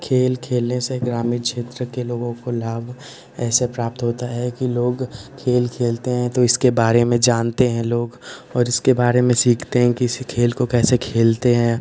खेल खेलने से ग्रामीण क्षेत्र के लोगों को लाभ ऐसे प्राप्त होता है कि लोग खेल खेलते हैं तो इसके बारे में जानते हैं लोग और इसके बारे में सीखते हैं किसी खेल को कैसे खेलते हैं